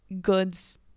goods